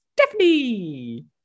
Stephanie